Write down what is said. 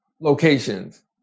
locations